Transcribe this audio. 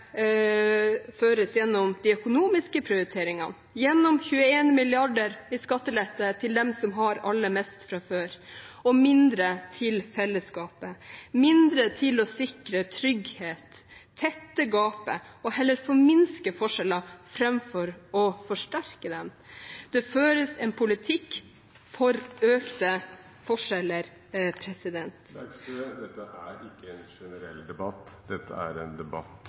føres gjennom de økonomiske prioriteringene, gjennom 21 mrd. kr i skattelette til dem som har aller mest fra før, og mindre til fellesskapet, mindre til å sikre trygghet, tette gapet og heller forminske forskjeller framfor å forsterke dem. Det føres en politikk for økte forskjeller. Dette er ikke en generell debatt, det er en debatt